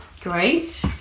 Great